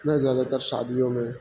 میں زیادہ تر شادیوں میں